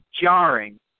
jarring